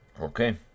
Okay